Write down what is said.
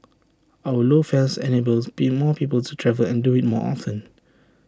our low fares enables be more people to travel and do IT more often